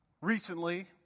Recently